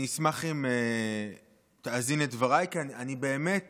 אני אשמח אם תאזין לדבריי, כי אני באמת